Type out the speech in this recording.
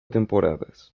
temporadas